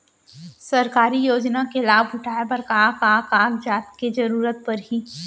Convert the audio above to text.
सरकारी योजना के लाभ उठाए बर का का कागज के जरूरत परही